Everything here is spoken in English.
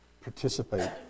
Participate